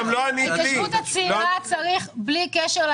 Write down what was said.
את ההתיישבות הצעירה צריך להסדיר בלי קשר.